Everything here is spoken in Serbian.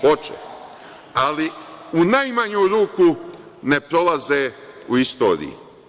Hoće, ali u najmanju ruku ne prolaze u istoriji.